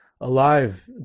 alive